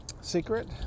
secret